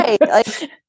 Right